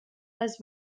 les